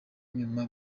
nyuma